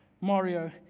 Mario